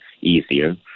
easier